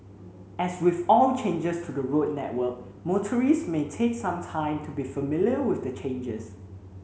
as with all changes to the road network motorists may take some time to be familiar with the changes